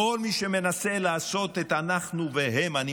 לכל מי שמנסה לעשות את "אנחנו והם" אני